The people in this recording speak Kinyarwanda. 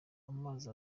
amazi